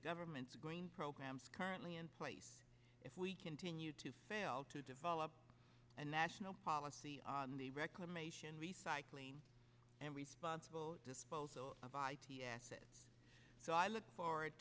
government's going programs currently in place if we continue to fail to develop a national policy on the reclamation recycling and responsible disposal of i t s a so i look forward